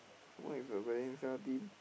one is the Valencia team